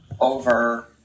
over